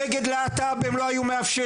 אם היה פעילות נגד להט"ב הם לא היו מאפשרים,